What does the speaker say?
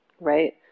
right